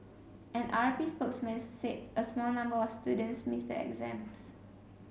an R P spokesman said a small number of students missed the exams